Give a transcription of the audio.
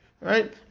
right